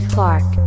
Clark